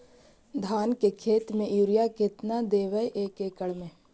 धान के खेत में युरिया केतना देबै एक एकड़ में?